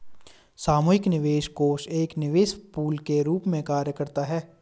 सामूहिक निवेश कोष एक निवेश पूल के रूप में कार्य करता है